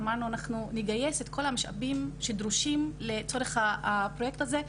אמרנו שנגייס את כל המשאבים שדרושים לצורך הפרויקט הזה.